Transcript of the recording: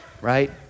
right